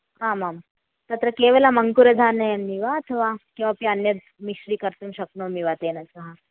आम् आम् तत्र केवलम् अङ्कुरधान्यानि वा अथवा किमपि अन्यत् मिश्री कर्तुं शक्नोमि वा तेन सह